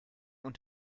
und